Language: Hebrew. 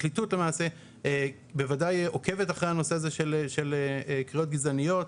הפרקליטות למעשה בוודאי עוקבת אחרי הנושא הזה של קריאות גזעניות,